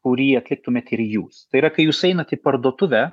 kurį atliktumėt ir jūs tai yra kai jūs einat į parduotuvę